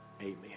Amen